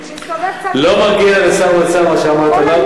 לא מגיע לשר האוצר מה שאמרת עליו,